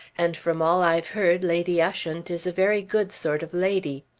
and from all i've heard lady ushant is a very good sort of lady.